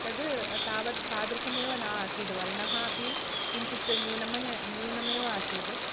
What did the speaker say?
तद् तावद् तादृशमेव न आसीद् वर्णः अपि किञ्चित् न्यूनम् न्यूनमेव आसीद्